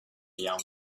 young